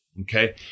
okay